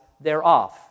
thereof